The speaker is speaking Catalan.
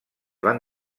van